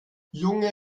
junge